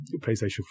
playstation